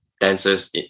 dancers